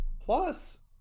plus